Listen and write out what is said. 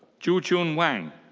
chujun wang.